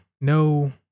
no